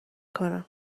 کنم